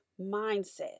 mindset